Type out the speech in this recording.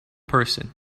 person